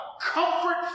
comfort